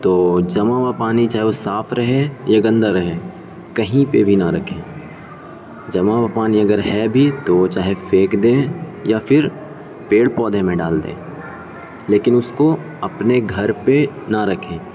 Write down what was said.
تو جمع ہوا پانی چاہے وہ صاف رہے یا گندا رہے کہیں پہ بھی نہ رکھیں جمع ہوا پانی اگر ہے بھی تو وہ چاہے پھینک دیں یا پھر پیڑ پودے میں ڈال دیں لیکن اس کو اپنے گھر پہ نہ رکھیں